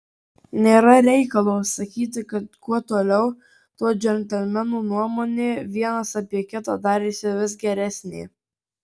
nėra reikalo sakyti kad kuo toliau tuo džentelmenų nuomonė vienas apie kitą darėsi vis geresnė